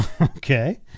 Okay